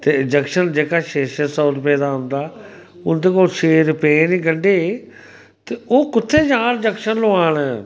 ते जक्शन जेह्का छे छे सौ रपेऽ दा औंदा उं'दे कोल छे रपेऽ निं गंढी ते ओह् कु'त्थै जान जक्शन लोआन